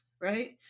right